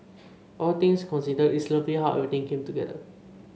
all things considered it's lovely how everything came together